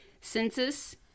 census